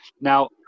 Now